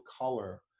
color